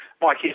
Mike